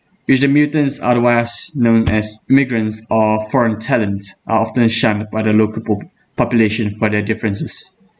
which the mutants otherwise known as migrants or foreign talents are often shunned by the local po~ population for their differences